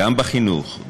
גם בחינוך,